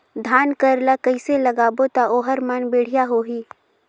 धान कर ला कइसे लगाबो ता ओहार मान बेडिया होही?